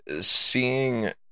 seeing